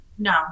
No